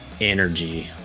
energy